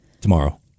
Tomorrow